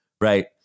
right